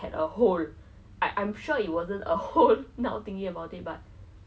someone will will close their eyes and then they will try to find everyone else